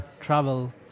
travel